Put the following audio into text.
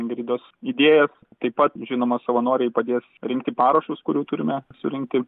ingridos idėjas taip pat žinoma savanoriai padės rinkti parašus kurių turime surinkti